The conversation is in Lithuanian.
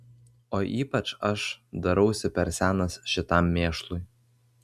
o ypač aš darausi per senas šitam mėšlui